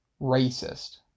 racist